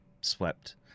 swept